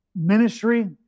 ministry